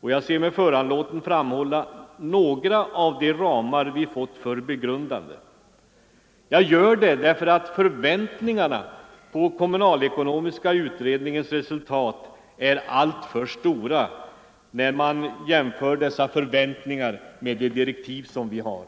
Jag ser mig föranlåten att framhålla några av de ramar vi fått för begrundande. Jag gör det därför att förväntningarna på kommunalekonomiska utredningens resultat är alltför stora när man ser till de direktiv som utredningen har.